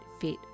fit